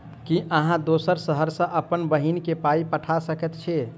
की अहाँ दोसर शहर सँ अप्पन बहिन केँ पाई पठा सकैत छी?